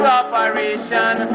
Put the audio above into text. operation